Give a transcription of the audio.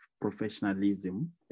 professionalism